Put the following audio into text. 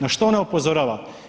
Na što ona upozorava?